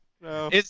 no